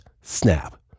snap